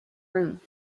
room